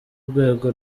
rwego